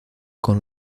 con